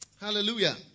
Hallelujah